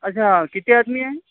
اچھا کتنے آدمی ہیں